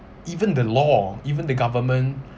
even the law even the government